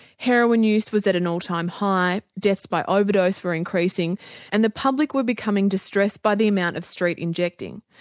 heroin use was at an all time high, deaths by overdose were increasing and the public were becoming distressed by the amount of street injecting.